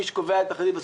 מי שקובע את התחזית,